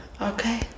Okay